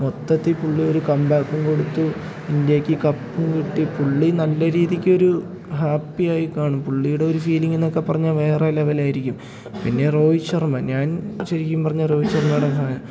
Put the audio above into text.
മൊത്തത്തിൽ പുള്ളി ഒരു കം ബാക്കും കൊടുത്തു ഇന്ത്യയ്ക്ക് കപ്പും കിട്ടി പുള്ളി നല്ല രീതിക്കൊരു ഹാപ്പിയായി കാണും പുള്ളിയുടെ ഒരു ഫീലിങ് എന്നൊക്കെ പറഞ്ഞാൽ വേറെ ലെവലായിരിക്കും പിന്നെ രോഹിത് ശർമ്മ ഞാൻ ശരിക്കും പറഞ്ഞാൽ രോഹിത് ശർമ്മയുടെ ഫാനാണ്